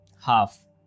Half